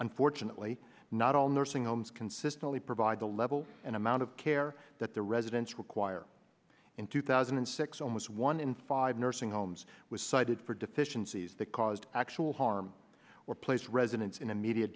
unfortunately not all nursing homes consistently provide the level and amount of care that the residents require in two thousand and six almost one in five nursing homes was cited for deficiencies that caused actual harm or place residents in immediate